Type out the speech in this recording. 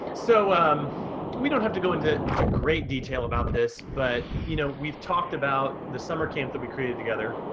and so we don't have to go into great detail about this, but you know we've talked about the summer camp that we created together,